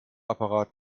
apparat